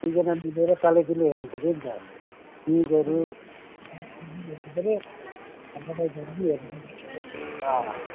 दुईजना मिलेर पालैपिलो हेर्नुपऱ्यो नि त न्युजहरू हेर्नु पऱ्यो धारावाहिकहरू पनि अँ